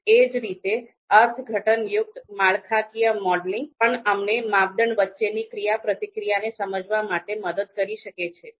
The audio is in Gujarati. એ જ રીતે અર્થઘટનયુક્ત માળખાકીય મોડેલિંગ nterpretive structural modeling પણ અમને માપદંડ વચ્ચેની ક્રિયાપ્રતિક્રિયાઓને સમજવા માટે મદદ કરી શકે છે